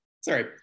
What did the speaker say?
sorry